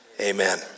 Amen